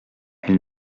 elle